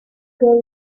girl